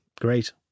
Great